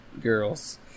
girls